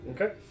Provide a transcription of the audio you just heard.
Okay